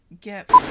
get